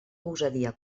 gosadia